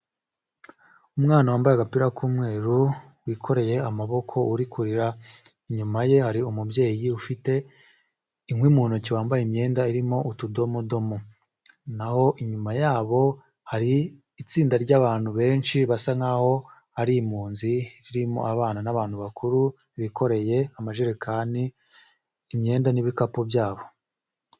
Umwana wambaye agapira k'umweru wikoreye amaboko uri kurira inyuma ye hari umubyeyi ufite inkwi' mu ntoki wambaye imyenda irimo utudomodomo naho inyuma yabo hari itsinda ry'abantu benshi basa nkaho ari impunzi ririmo abana n'abantu bakuru bikoreye amajerekani imyenda n'ibikapu byabo.